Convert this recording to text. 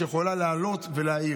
שיכולה לעלות ולהעיר.